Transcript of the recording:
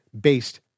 based